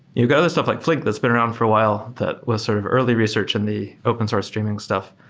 you got other stuff like flink that's been around for a while that was sort of early research in the open source streaming stuff.